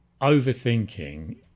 overthinking